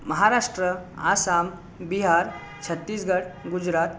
Maharashtra Assam Bihar Chhattisgarh Gujarat